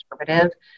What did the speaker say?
conservative